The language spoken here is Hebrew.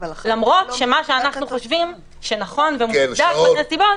למרות שמה שאנחנו חושבים שנכון ומוצדק בנסיבות